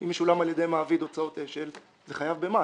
אם משולמות על ידי מעביד הוצאות אש"ל זה חייב במס.